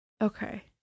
Okay